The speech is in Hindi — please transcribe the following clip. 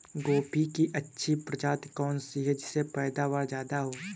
गोभी की अच्छी प्रजाति कौन सी है जिससे पैदावार ज्यादा हो?